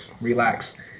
Relax